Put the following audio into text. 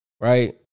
right